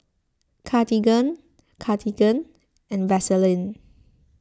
Cartigain Cartigain and Vaselin